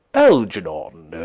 algernon